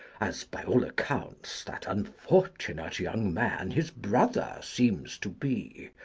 as, by all accounts, that unfortunate young man his brother seems to be.